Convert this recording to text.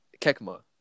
Kekma